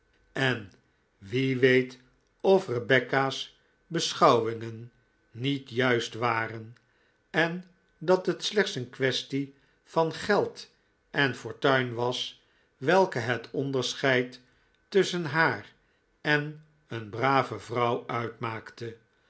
en wie weet of rebecca's beschouwingen niet juist waren en dat het slechts een quaestie van geld en fortuin was welke het onderscheid tusschen haar en een brave vrouw uitmaakte